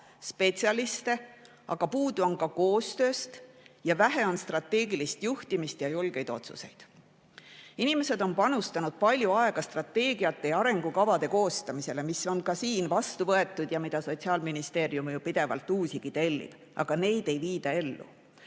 spetsialiste, aga puudu on ka koostööst ja vähe on strateegilist juhtimist ja julgeid otsuseid. Inimesed on panustanud palju aega strateegiate ja arengukavade koostamisele, mis on ka siin vastu võetud ja mida Sotsiaalministeerium pidevalt juurde tellib, aga neid ei viida ellu.